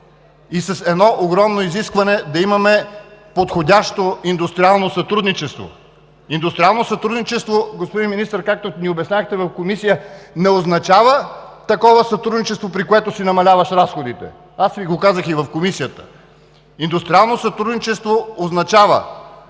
и с едно огромно изискване – да имаме подходящо индустриално сътрудничество. Индустриално сътрудничество, господин Министър, както ни обяснявахте в Комисията, не означава такова сътрудничество, при което си намаляваш разходите, аз Ви го казах и в Комисията. Индустриално сътрудничество означава,